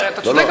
אתה צודק,